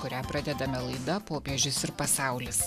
kurią pradedame laida popiežius ir pasaulis